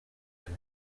kare